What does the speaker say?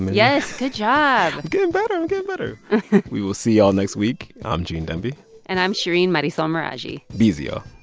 yes, good job i'm getting better. i'm getting better we will see y'all next week. i'm gene demby and i'm shereen marisol meraji be easy, ah